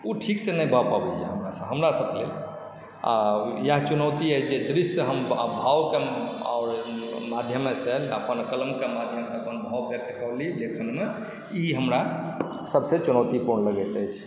ओ ठीकसँ नहि भऽ पबैए हमरासभ लेल आ इएह चुनौती अछि जे दृश्य हम भावके माध्यमसे अपन कलमके माध्यमसँ अपन भाव व्यक्त कऽ ली लेखनमे ई हमरा सभसँ चुनौतीपूर्ण लगैत अछि